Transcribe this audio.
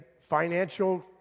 financial